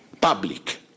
public